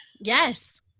Yes